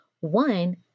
One